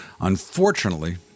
Unfortunately